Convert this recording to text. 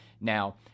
Now